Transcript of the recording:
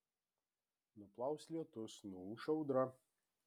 nuplaus lietus nuūš audra